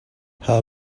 her